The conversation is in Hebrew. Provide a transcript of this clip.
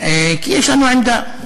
כי יש לנו עמדה,